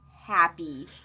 happy